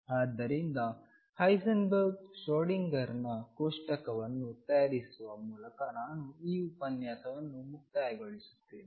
ಆದ್ದರಿಂದ ಹೈಸೆನ್ಬರ್ಗ್ ಶ್ರೋಡಿಂಗರ್ನ ಕೋಷ್ಟಕವನ್ನು ತಯಾರಿಸುವ ಮೂಲಕ ನಾನು ಈ ಉಪನ್ಯಾಸವನ್ನು ಮುಕ್ತಾಯಗೊಳಿಸುತ್ತೇನೆ